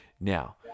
now